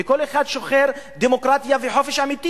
וכל אחד שהוא שוחר דמוקרטיה וחופש אמיתי